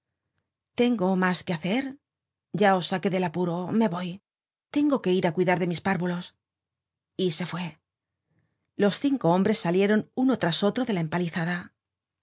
tengo mas que hacer ya os saqué del apuro me voy tengo que ir á cuidar de mis párvulos y se fué los cinco hombres salieron uno tras otro de la empalizada